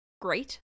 great